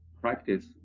practice